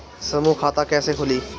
समूह खाता कैसे खुली?